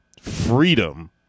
freedom